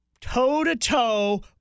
toe-to-toe